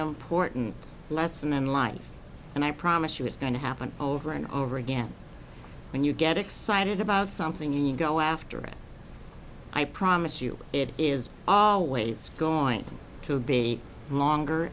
important lesson in life and i promise you it's going to happen over and over again when you get excited about something you go after it i promise you it is always going to be longer